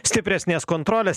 stipresnės kontrolės